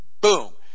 Boom